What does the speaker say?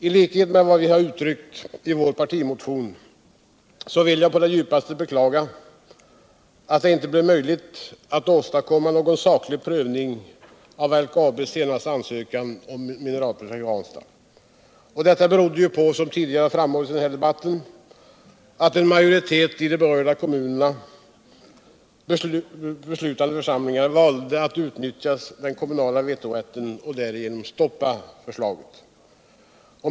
I likhet med vad vi har uttryckt i vår partimotion vill jag på det djupaste beklaga att det inte blev möjligt att åstadkomma någon saklig prövning av LKAB:s senaste ansökan om Mineralprojekt Ranstad. Det berodde på. som tidigare framhållits i den här debauen, att en majoritet I de berörda kommunernas beslutande församlingar valde att utnyttju den kommunala vetorätten och därigenom stoppa förslaget.